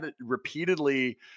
repeatedly